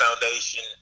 foundation